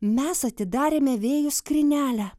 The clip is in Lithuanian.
mes atidarėme vėjų skrynelę